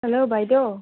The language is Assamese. হেল্ল' বাইদেউ